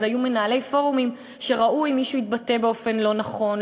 אז היו מנהלי פורומים שראו אם מישהו התבטא באופן לא נכון,